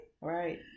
right